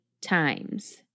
times